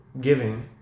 giving